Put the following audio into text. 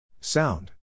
Sound